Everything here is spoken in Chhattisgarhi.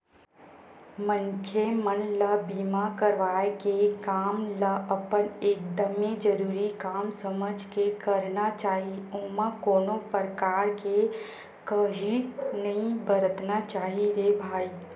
मनखे मन ल बीमा करवाय के काम ल अपन एकदमे जरुरी काम समझ के करना चाही ओमा कोनो परकार के काइही नइ बरतना चाही रे भई